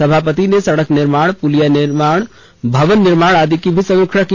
सभापति ने सड़क निर्माण पुल पुलिया निर्माण भवन निर्माण आदि की भी समीक्षा की